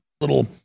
little